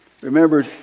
Remember